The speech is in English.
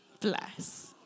Bless